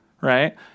Right